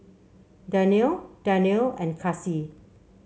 Daniel Daniel and Kasih